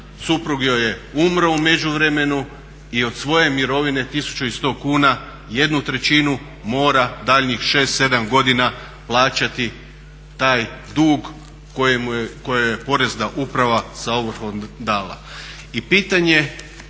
Suprug joj je umro u međuvremenu i od svoje mirovine 1100 kuna jednu trećinu mora daljnjih 6, 7 godina plaćati taj dug kojoj joj je porezna uprava sa ovrhom dala.